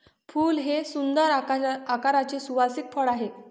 फूल हे सुंदर आकाराचे सुवासिक फळ आहे